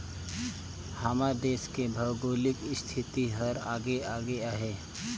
हमर देस के भउगोलिक इस्थिति हर अलगे अलगे अहे